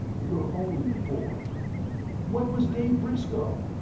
you're only a boy what was dave briscoe?